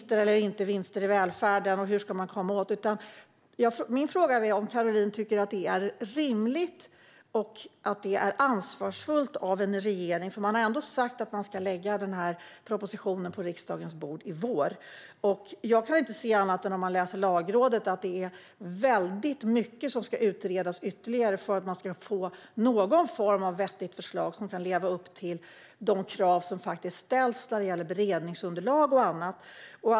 Tycker Caroline att det är rimligt och ansvarsfullt av regeringen att lägga en proposition på riksdagens bord i vår när det enligt Lagrådet är mycket kvar att utreda innan man får ett vettigt förslag som lever upp till de krav som ställs vad gäller beredningsunderlag och annat?